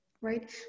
right